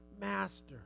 master